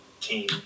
team